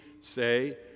say